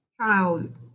child